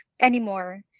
anymore